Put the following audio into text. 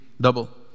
double